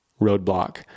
roadblock